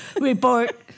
Report